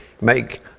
make